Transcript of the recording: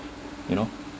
you know